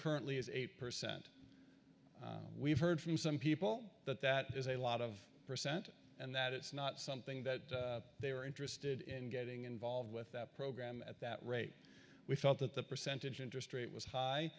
currently is eight percent we've heard from some people that that is a lot of percent and that it's not something that they were interested in getting involved with that program at that rate we felt that the percentage interest rate was high